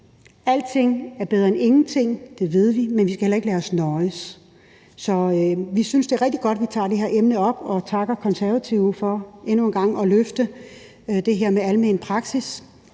Alting er bedre end ingenting, det ved vi, men vi skal heller ikke lade os nøje. Så vi synes, det er rigtig godt, at vi tager det her emne op, og takker Konservative for endnu en gang at løfte det her med almen praksis.